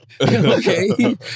Okay